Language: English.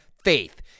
faith